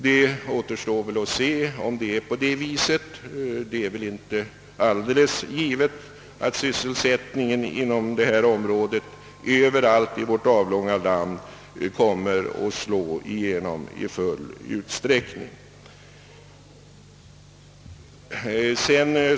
Det återstår väl att se om det blir på det sättet. Det är väl inte alldeles givet att de prioriterade byggena kommer att i full utsträckning ge sysselsättning på detta område överallt i vårt avlånga land.